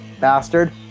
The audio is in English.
bastard